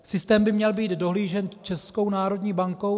Systém by měl být dohlížen Českou národní bankou.